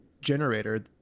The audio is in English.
generator